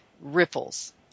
ripples